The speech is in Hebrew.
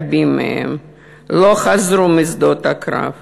רבים מהם לא חזרו משדות הקרב.